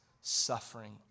suffering